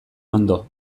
ondo